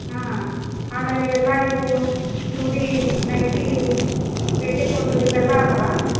ಹಾಂ ಆಮೇಲೆ ಎಲ್ಲ ಇವು ಚೂಡಿ ನೈಟಿ ಪೇಟಿಕೋಟ್ ಇವೆಲ್ಲ ಅದಾವ